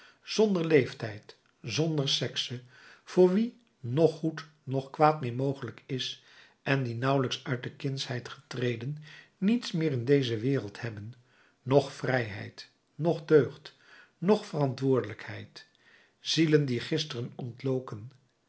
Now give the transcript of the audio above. zonder leeftijd zonder sekse voor wie noch goed noch kwaad meer mogelijk is en die nauwelijks uit de kindsheid getreden niets meer in deze wereld hebben noch vrijheid noch deugd noch verantwoordelijkheid zielen die gisteren ontloken